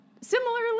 similarly